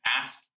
ask